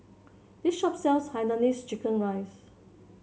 this shop sells Hainanese Chicken Rice